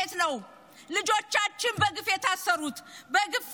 חברת הכנסת צגה, תם הזמן,